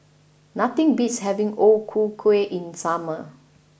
nothing beats having O Ku Kueh in the summer